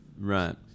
Right